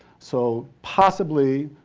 so, possibly,